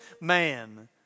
man